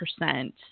percent